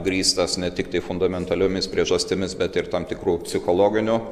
grįstas ne tiktai fundamentaliomis priežastimis bet ir tam tikru psichologiniu